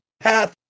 path